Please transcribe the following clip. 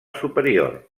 superior